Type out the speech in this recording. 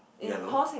yellow